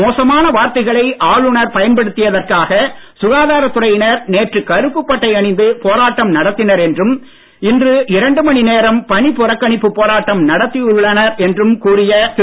மோசமான வார்த்தைகளை ஆளுநர் பயன்படுத்தியதற்காக சுகாதாரத் துறையினர் நேற்று கருப்பு பட்டை அணிந்து போராட்டம் நடத்தினர் என்றும் இன்று இரண்டு மணி நேரம் பணி புறக்கணிப்பு போராட்டம் நடத்தியுள்ளனர் என்றும் கூறிய திரு